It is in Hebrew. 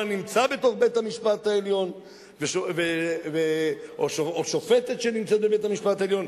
נמצא בתוך בית-המשפט העליון או שופטת שנמצאת בבית-המשפט העליון,